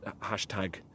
hashtag